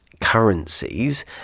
currencies